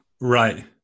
Right